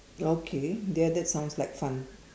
okay dear that sounds like fun